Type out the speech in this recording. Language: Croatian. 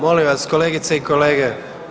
Molim vas kolegice i kolege.